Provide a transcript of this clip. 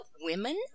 women